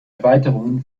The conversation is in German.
erweiterungen